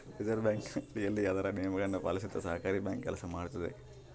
reserve ಬ್ಯಾಂಕಿನ ಅಡಿಯಲ್ಲಿ ಅದರ ನಿಯಮಗಳನ್ನು ಪಾಲಿಸುತ್ತ ಸಹಕಾರಿ ಬ್ಯಾಂಕ್ ಕೆಲಸ ಮಾಡುತ್ತದೆ